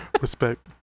Respect